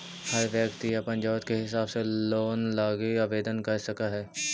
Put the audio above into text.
हर व्यक्ति अपन ज़रूरत के हिसाब से लोन लागी आवेदन कर हई